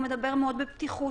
הוא מדבר מאוד בפתיחות,